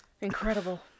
Incredible